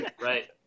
right